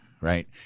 right